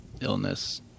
illness